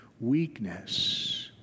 weakness